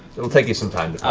it'll take you some time.